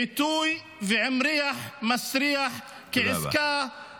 בעיתוי ועם ריח מסריח כעסקה -- תודה רבה.